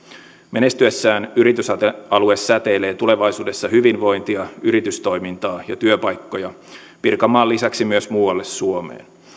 menestyessään yritysalue säteilee tulevaisuudessa hyvinvointia yritystoimintaa ja työpaikkoja pirkanmaan lisäksi myös muualle suomeen